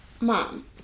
mom